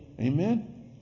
Amen